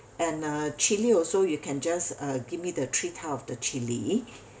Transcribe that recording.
and uh chilli also you can just uh give me the three type of the chilli